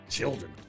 Children